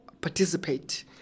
participate